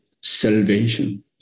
salvation